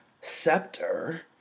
scepter